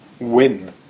win